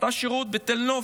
עשתה שירות בתל נוף,